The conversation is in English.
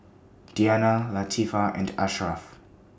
Diyana Latifa and Ashraf